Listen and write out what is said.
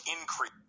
increase